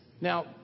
Now